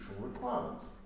requirements